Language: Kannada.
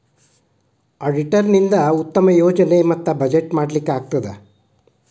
ಅಡಿಟರ್ ನಿಂದಾ ಉತ್ತಮ ಯೋಜನೆ ಮತ್ತ ಬಜೆಟ್ ಮಾಡ್ಲಿಕ್ಕೆ ಆಗ್ತದ